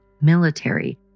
military